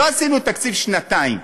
לא עשינו תקציב לשנתיים,